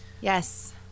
Yes